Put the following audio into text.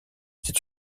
c’est